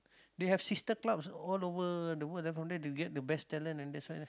they have sisters club all over the world and from there they get the best talent and thats why